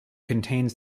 contains